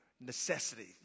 necessity